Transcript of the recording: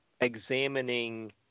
examining